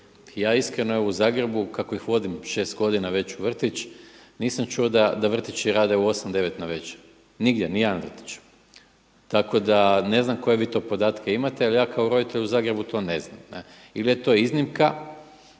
Ja iskreno u Zagrebu kako ih vodim šest godina u vrtić nisam čuo da vrtići rade u 8, 9 navečer. Nigdje ni jedan vrtić, tako da ne znam koje vi to podatke imate. Ali ja kao roditelj u Zagrebu to ne znam. Ili je to iznimka.